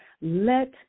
Let